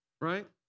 Right